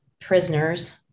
prisoners